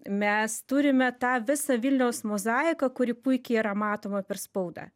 mes turime tą visą vilniaus mozaiką kuri puikiai yra matoma per spaudą